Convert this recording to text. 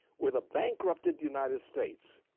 with a bankrupted united states,